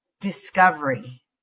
Discovery